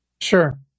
Sure